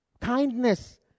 Kindness